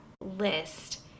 list